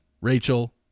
Rachel